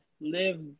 live